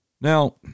Now